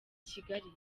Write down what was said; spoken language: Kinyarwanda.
kigali